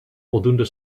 voldoende